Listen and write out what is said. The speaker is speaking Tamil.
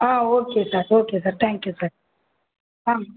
ah okay sir okay sir thank you sir ah